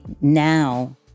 now